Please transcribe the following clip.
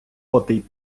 потий